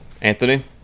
Anthony